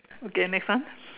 okay next one